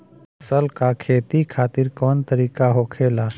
फसल का खेती खातिर कवन तरीका होखेला?